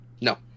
No